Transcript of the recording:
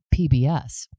PBS